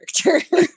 character